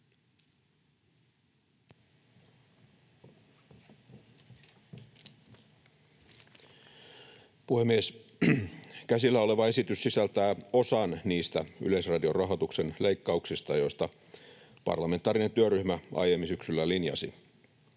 Puhemies! Käsillä oleva esitys sisältää osan niistä Yleisradion rahoituksen leikkauksista, joista parlamentaarinen työryhmä aiemmin syksyllä linjasi.